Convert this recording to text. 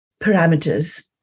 parameters